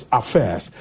affairs